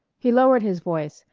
he lowered his voice,